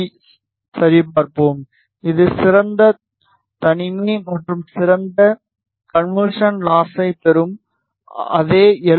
யைச் சரிபார்ப்போம் இது சிறந்த தனிமை மற்றும் சிறந்த கன்வெர்சன் லாசைப் பெறும் அதே எல்